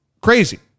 crazy